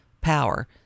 power